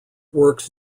works